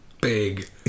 big